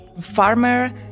farmer